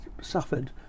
suffered